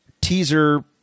teaser